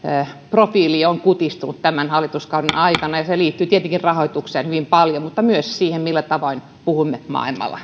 profiilimme on kutistunut tämän hallituskauden aikana ja se liittyy tietenkin hyvin paljon rahoitukseen mutta myös siihen millä tavoin puhumme maailmalla